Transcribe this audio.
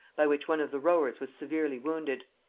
by which one of the rowers was severely wounded.